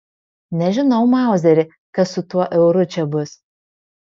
nežinau mauzeri kas su tuo euru čia bus